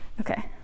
okay